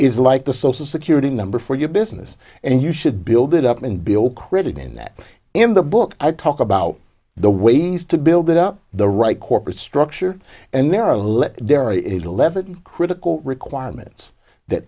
is like the social security number for your business and you should build it up and bill critic in that in the book i talk about the ways to build it up the right corporate structure and there are let there are eleven critical requirements that